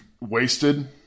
wasted